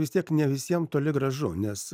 vis tiek ne visiem toli gražu nes